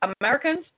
Americans